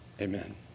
Amen